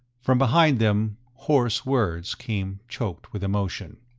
from behind them hoarse words came, choked with emotion.